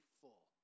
full